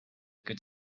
good